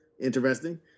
interesting